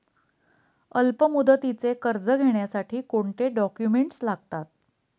अल्पमुदतीचे कर्ज घेण्यासाठी कोणते डॉक्युमेंट्स लागतात?